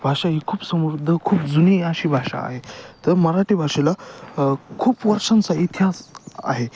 भाषा ही खूप समृद्ध खूप जुनी अशी भाषा आहे तर मराठी भाषेला खूप वर्षांचा इतिहास आहे